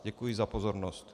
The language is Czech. Děkuji za pozornost.